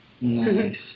Nice